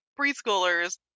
preschoolers